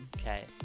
Okay